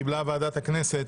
קיבלה ועדת הכנסת